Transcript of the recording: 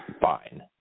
fine